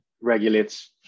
regulates